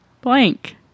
blank